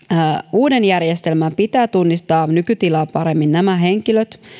uuden järjestelmän pitää tunnistaa nykytilaa paremmin nämä henkilöt